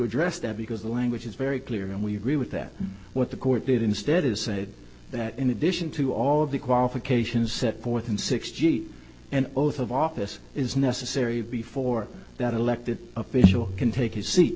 address that because the language is very clear and we agree with that what the court did instead is say that in addition to all of the qualifications set forth in sixty eight an oath of office is necessary before that elected official can take his seat